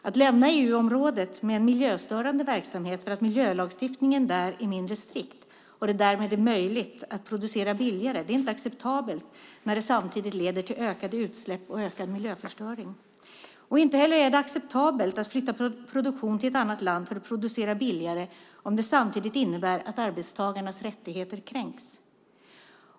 Att lämna EU-området med en miljöstörande verksamhet för att miljölagstiftningen där är mindre strikt och det därmed är möjligt att producera billigare är inte acceptabelt när det samtidigt leder till ökade utsläpp och ökad miljöförstöring. Inte heller är det acceptabelt att flytta produktion till ett annat land för att producera billigare om det samtidigt innebär att arbetstagarnas rättigheter kränks.